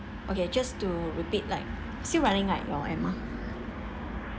okay just to repeat like still running right your amount